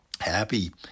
happy